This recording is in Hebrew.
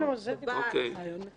שוטר, עובד סוציאלי.